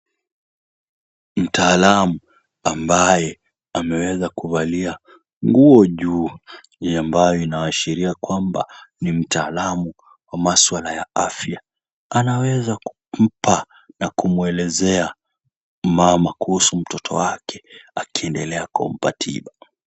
Mtaalam ambaye ameweza kuvalia nguo juu ambayo inaashiria kwamba ni mtaalam wa masuala ya afya. Anaweza kumpa na kumwelezea mama kuhusu mtoto wake akiendelea kumpa tiba.